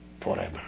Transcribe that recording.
forever